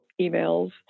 emails